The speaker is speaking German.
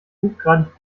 hochgradig